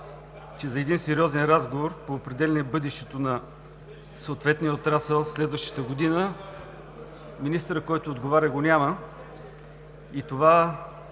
че за един сериозен разговор по определяне бъдещето на съответния отрасъл през следващата година министърът, който отговаря, го няма, и това